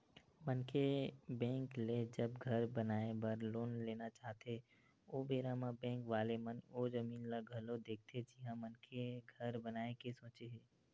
मनखे बेंक ले जब घर बनाए बर लोन लेना चाहथे ओ बेरा म बेंक वाले मन ओ जमीन ल घलो देखथे जिहाँ मनखे घर बनाए के सोचे हे